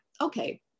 okay